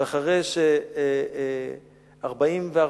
ואחרי ש-43